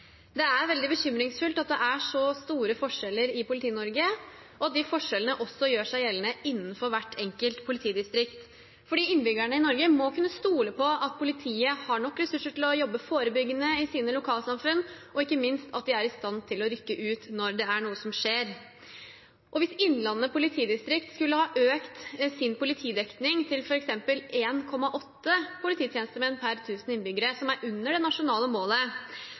Det er veldig bekymringsfullt at det er så store forskjeller i Politi-Norge, og at de forskjellene også gjør seg gjeldende innenfor hvert enkelt politidistrikt. Innbyggerne i Norge må kunne stole på at politiet har nok ressurser til å jobbe forebyggende i sine lokalsamfunn, og ikke minst at de er i stand til å rykke ut når det er noe som skjer. Hvis Innlandet politidistrikt skulle ha økt sin politidekning til f.eks. 1,8 polititjenestemenn per 1 000 innbyggere, som er under det nasjonale målet,